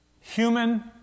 human